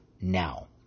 now